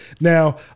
Now